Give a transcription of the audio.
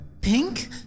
Pink